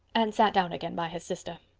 and sat down again by her sister.